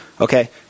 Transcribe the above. okay